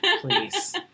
please